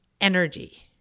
energy